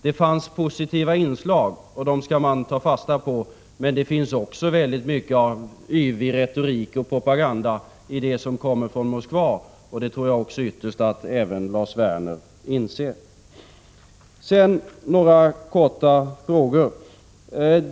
Det fanns positiva inslag, och dem skall man ta fasta på. Men det finns också väldigt mycket av yvig retorik och av propaganda i det som kommer från Moskva, och det tror jag att även Lars Werner ytterst inser.